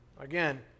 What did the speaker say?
Again